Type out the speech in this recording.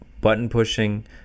button-pushing